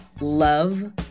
love